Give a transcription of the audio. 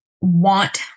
want